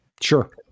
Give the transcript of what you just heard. Sure